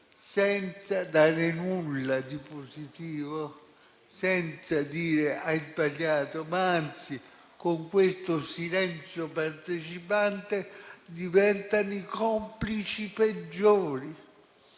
senza dare nulla di positivo, senza dire "hai sbagliato"; anzi, con il silenzio partecipante diventano i complici peggiori.